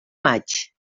maig